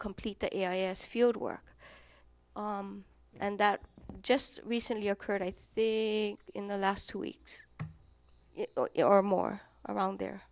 complete the areas fieldwork and that just recently occurred i think in the last two weeks or more around there